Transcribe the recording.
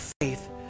faith